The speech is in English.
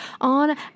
on